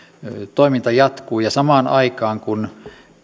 toiminta jatkuu samaan aikaan kun